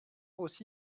aussi